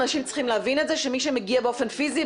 אנשים צריכים להבין את זה שמי שמגיע באופן פיזי,